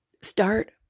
start